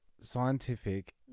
scientific